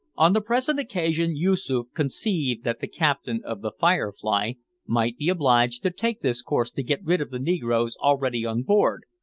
on the present occasion yoosoof conceived that the captain of the firefly might be obliged to take this course to get rid of the negroes already on board,